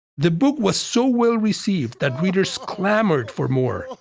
the book was so well received that readers clamored for more.